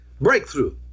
breakthrough